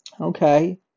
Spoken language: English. Okay